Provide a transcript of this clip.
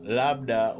labda